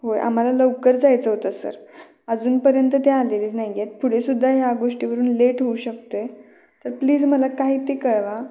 होय आम्हाला लवकर जायचं होतं सर अजूनपर्यंत ते आलेले नाही आहेत पुढेसुद्धा या गोष्टीवरून लेट होऊ शकतो आहे तर प्लीज मला काही ते कळवा